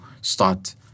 start